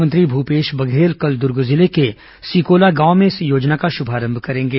मुख्यमंत्री भूपेश बघेल कल दुर्ग जिले के सिकोला गांव में इस योजना का शुभारंभ करेंगे